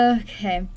okay